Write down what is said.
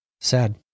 Sad